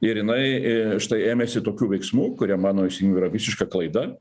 ir jinai štai ėmėsi tokių veiksmų kurie mano įsitikinimu yra visiška klaida